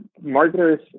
marketers